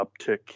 uptick